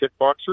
kickboxer